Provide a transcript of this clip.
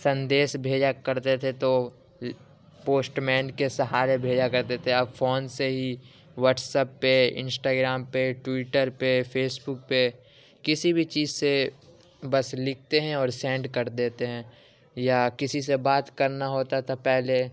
سیندیس بھیجا کرتے تھے تو پوسٹ مین کے سہارے بھیجا کرتے تھے اب فون سے ہی واٹس ایپ پہ انسٹاگرام پہ ٹوئٹر پہ فیس بک پہ کسی بھی چیز سے بس لکھتے ہیں اور سینڈ کر دیتے ہیں یا کسی سے بات کرنا ہوتا تھا پہلے